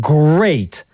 great